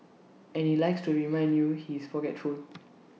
and he likes to remind you he is forgetful